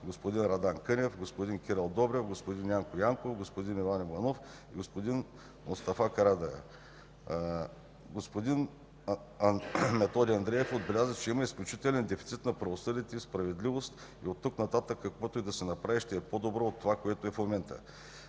господин Радан Кънев, господин Кирил Добрев, господин Янко Янков, господин Иван Иванов и господин Мустафа Карадайъ. Господин Методи Андреев отбеляза, че има изключителен дефицит на правосъдие и справедливост и от тук нататък, каквото и да се направи ще е по-добро от това, което е в момента.